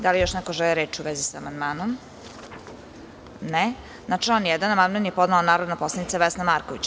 Da li još neko želi reč u vezi sa amandmanom? (Ne) Na član 1. amandman je podnela narodna poslanica Vesna Marković.